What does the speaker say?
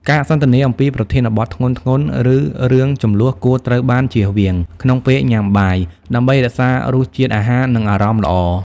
ការសន្ទនាអំពីប្រធានបទធ្ងន់ៗ ឬរឿងជម្លោះគួរត្រូវបានចៀសវាងក្នុងពេលញ៉ាំបាយ ដើម្បីរក្សារសជាតិអាហារ និងអារម្មណ៍ល្អ។